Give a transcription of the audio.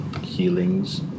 healings